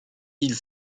ils